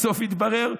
בסוף יתברר?